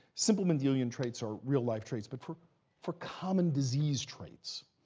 simple mendelian traits are real life traits. but for for common disease traits.